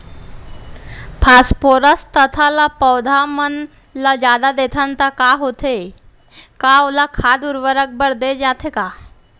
Phosphorus तथा ल पौधा मन ल जादा देथन त का होथे हे, का ओला खाद उर्वरक बर दे जाथे का?